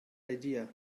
idea